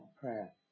prayer